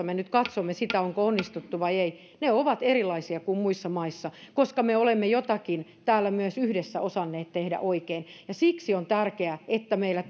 me nyt katsomme sitä onko onnistuttu vai ei ovat erilaisia kuin muissa maissa koska me olemme jotakin täällä myös yhdessä osanneet tehdä oikein siksi on tärkeää että meillä